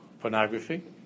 pornography